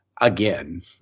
again